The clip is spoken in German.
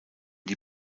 die